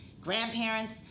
grandparents